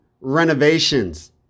renovations